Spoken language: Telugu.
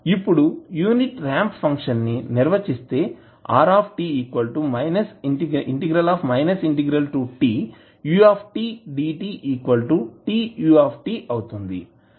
ఇప్పుడు యూనిట్ రాంప్ ఫంక్షన్ ని నిర్వచిస్తే అవుతుంది